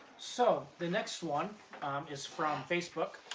so the next one is from facebook,